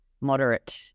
moderate